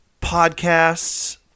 podcasts